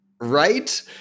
right